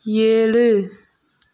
ஏழு